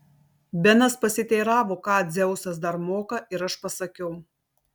benas pasiteiravo ką dzeusas dar moka ir aš pasakiau